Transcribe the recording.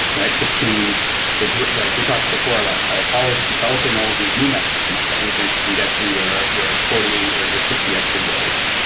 right? between the. like we talked before about how apollo's developing all of these new medicines that we think can get to your your forty or your sixty extra years,